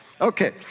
okay